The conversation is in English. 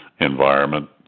environment